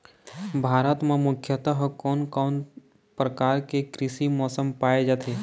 भारत म मुख्यतः कोन कौन प्रकार के कृषि मौसम पाए जाथे?